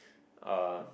uh